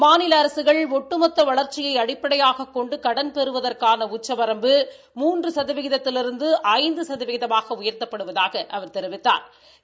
மாநில அரசுகள் ஒட்டுமொத்த வளா்ச்சியை அடிப்படையகாக் கொண்டு கடன்பெறுவதற்கன உச்சவரம்பு மூன்று சதவீதத்திலிருந்து ஐந்து சதவீதமாக உயாத்தப்படுவதாக அவா் தெரிவித்தாா்